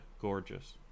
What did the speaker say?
Gorgeous